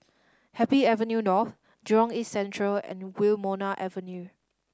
Happy Avenue North Jurong East Central and Wilmonar Avenue